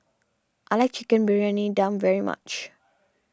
I like Chicken Briyani Dum very much